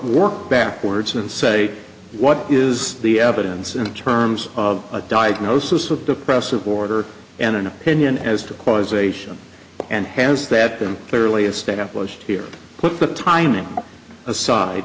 work backwards and say what is the evidence in terms of a diagnosis of depressive order and an opinion as to causation and has that been clearly established here put the timing aside